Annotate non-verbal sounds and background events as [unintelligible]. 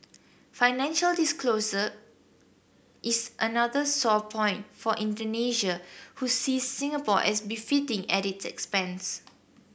financial disclosure is another sore point for Indonesia who sees Singapore as [unintelligible] at its expense